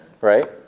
Right